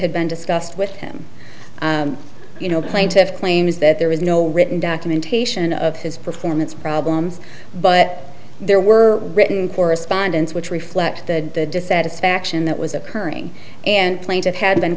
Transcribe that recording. had been discussed with him you know plaintiff's claim is that there was no written documentation of his performance problems but there were written correspondence which reflect the dissatisfaction that was occurring and plaintiff had been